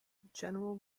general